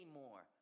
more